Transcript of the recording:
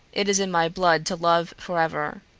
it is in my blood to love forever.